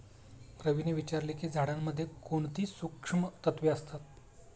रवीने विचारले की झाडांमध्ये कोणती सूक्ष्म तत्वे असतात?